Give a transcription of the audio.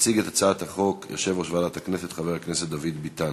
יציג את הצעת החוק יושב-ראש ועדת הכנסת חבר הכנסת דוד ביטן.